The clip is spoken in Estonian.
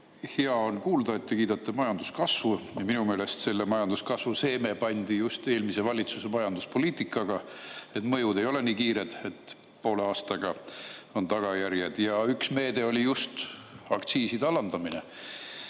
Hea on kuulda, et te kiidate majanduskasvu. Minu meelest selle majanduskasvu seeme pandi [mulda] just eelmise valitsuse majanduspoliitikaga. Need mõjud ei ole nii kiired, et poole aastaga on tagajärjed [näha]. Ja üks meede oli just aktsiiside alandamine,